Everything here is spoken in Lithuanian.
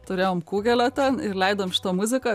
turėjom kugelio ten ir leidom šitą muziką